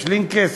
שלינקס?